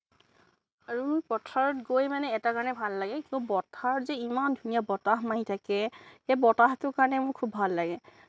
আৰু পথাৰত গৈ মানে এটা কাৰণে ভাল লাগে পথাৰত যে ইমান ধুনীয়া বতাহ মাৰি থাকে সেই বতাহটোৰ কাৰণে মোৰ খুব ভাল লাগে